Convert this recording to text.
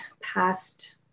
past